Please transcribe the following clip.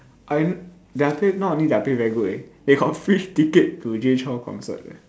I their pay not only their pay very good eh they got free ticket to Jay Chou concert eh